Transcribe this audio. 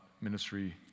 ministry